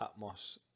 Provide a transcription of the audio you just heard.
Atmos